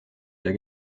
der